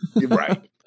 right